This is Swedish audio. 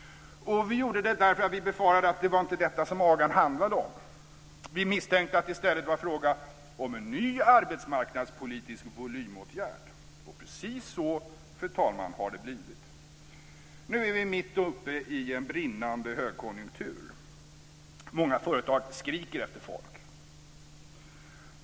Vi gjorde det därför att vi befarade att det inte var detta som AGA handlade om. Vi misstänkte i stället att det var en ny arbetsmarknadspolitisk volymåtgärd. Och precis så, fru talman, har det blivit. Nu är vi mitt uppe i en brinnande högkonjunktur. Många företag skriker efter folk.